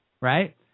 right